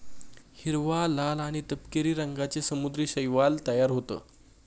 हिरवा, लाल आणि तपकिरी रंगांचे समुद्री शैवाल तयार होतं